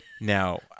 Now